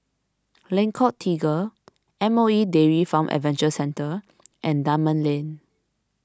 Lengkok Tiga M O E Dairy Farm Adventure Centre and Dunman Lane